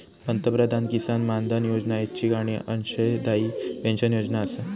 पंतप्रधान किसान मानधन योजना ऐच्छिक आणि अंशदायी पेन्शन योजना आसा